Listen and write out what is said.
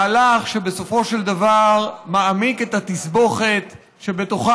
מהלך שבסופו של דבר מעמיק את התסבוכת שבתוכה